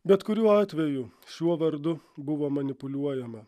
bet kuriuo atveju šiuo vardu buvo manipuliuojama